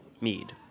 mead